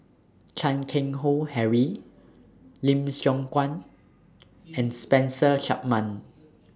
Chan Keng Howe Harry Lim Siong Guan and Spencer Chapman